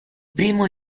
primo